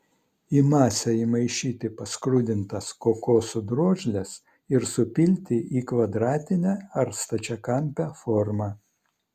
į masę įmaišyti paskrudintas kokosų drožles ir supilti į kvadratinę ar stačiakampę formą